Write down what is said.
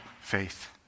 faith